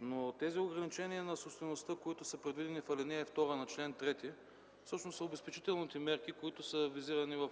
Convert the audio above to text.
Но тези ограничения на собствеността, които са предвидени в ал. 2 на чл. 3, всъщност са обезпечителните мерки, които са визирани в